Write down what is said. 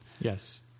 Yes